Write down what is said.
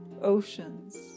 oceans